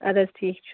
اد حظ ٹھیٖک چھُ